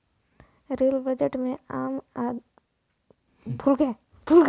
rail budget में आम budget के साथ पेश करल जाला